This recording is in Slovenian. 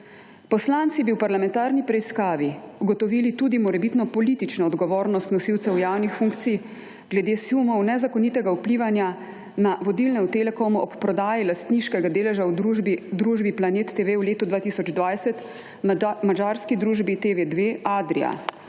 Poslanci bi v parlamentarni preiskavi ugotovili tudi morebitno politično odgovornost nosilcev javnih funkcij glede sumov nezakonitega vplivanja na vodilne v Telekomu ob prodaji lastniškega deleža v družbi Planet TV v letu 2020 madžarski družbi TV2 Adria.